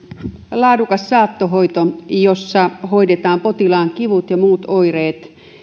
laadukas saattohoito jossa hoidetaan potilaan kivut ja muut oireet